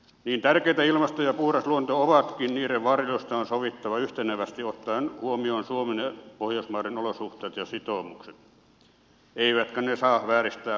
niin tärkeitä kuin ilmasto ja puhdas luonto ovatkin niiden varjelusta on sovittava yhtenevästi ottaen huomioon suomen ja pohjoismaiden olosuhteet ja sitoumukset eivätkä ne saa vääristää markkinoita